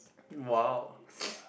!wow!